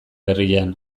herrian